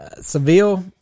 Seville